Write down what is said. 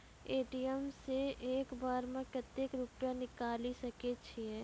ATM सऽ एक बार म कत्तेक रुपिया निकालि सकै छियै?